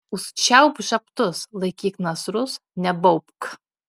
užčiaupk žabtus laikyk nasrus nebaubk